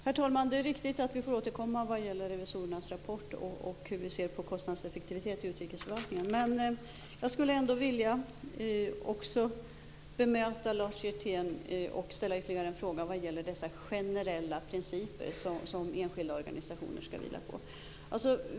Herr talman! Det är riktigt att vi får återkomma om revisorernas rapport och om hur vi ser på kostnadseffektivitet i utrikesförvaltningen. Men jag vill ändå bemöta Lars Hjertén och ställa ytterligare en fråga om de generella principer som enskilda organisationer skall vila på.